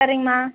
சரிங்கமா